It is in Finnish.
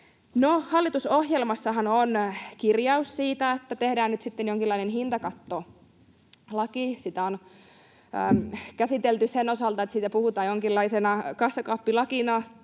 hallitusohjelmassahan on kirjaus siitä, että tehdään nyt sitten jonkinlainen hintakattolaki. Sitä on käsitelty sen osalta, että siitä puhutaan jonkinlaisena kassakaappilakina